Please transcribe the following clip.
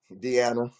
Deanna